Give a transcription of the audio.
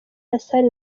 hassan